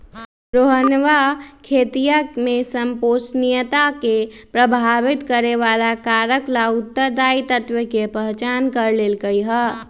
रोहनवा खेतीया में संपोषणीयता के प्रभावित करे वाला कारक ला उत्तरदायी तत्व के पहचान कर लेल कई है